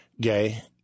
gay